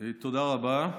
תודה רבה.